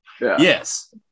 Yes